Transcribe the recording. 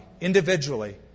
individually